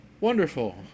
Wonderful